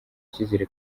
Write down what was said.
icyizere